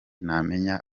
namenya